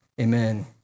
amen